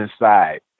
inside